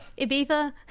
Ibiza